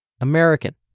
American